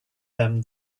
them